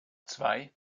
zwei